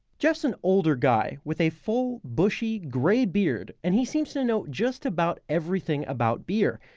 jef's an older guy with a full, bushy grey beard and he seems to know just about everything about beer.